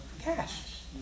Cash